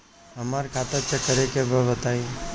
हमरा खाता चेक करे के बा बताई?